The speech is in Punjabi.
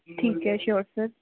ਠੀਕ ਹੈ ਸ਼ੋਅਰ ਸਰ